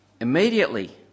Immediately